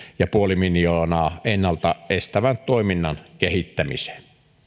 ja puoli miljoonaa ennalta estävän toiminnan kehittämiseen